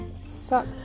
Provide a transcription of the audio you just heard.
suck